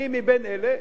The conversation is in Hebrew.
אני מאלה,